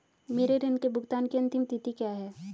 मेरे ऋण के भुगतान की अंतिम तिथि क्या है?